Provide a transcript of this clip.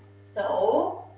so,